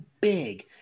big